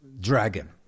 dragon